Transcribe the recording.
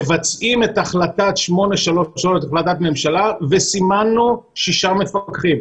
מבצעים את החלטה 833 של הממשלה וסימנו שישה מפקחים.